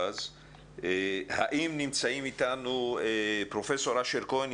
האם נמצא איתנו פרופ' אשר כהן,